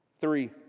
Three